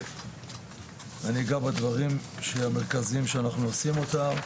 אני אגע בדברים שהמרכזים שאנחנו עושים אותם.